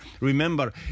Remember